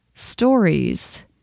stories